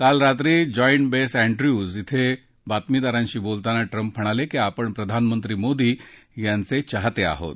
काल रात्री joint base Andrews क्वे बातमीदारांशी बोलताना ट्रम्प म्हणाले की आपण प्रधानमंत्री मोदी यांचे चाहते आहोत